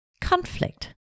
conflict